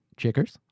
Chickers